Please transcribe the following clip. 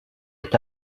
est